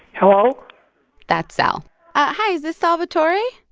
hello that's al hi. is this salvatore?